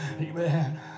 Amen